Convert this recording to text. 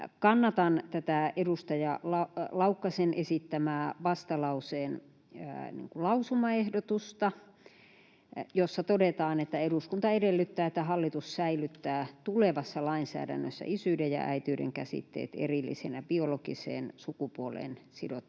Kannatan tätä edustaja Laukkasen esittämää vastalauseen lausumaehdotusta, jossa todetaan, että eduskunta edellyttää, että hallitus säilyttää tulevassa lainsäädännössä isyyden ja äitiyden käsitteet erillisinä, biologiseen sukupuoleen sidottuina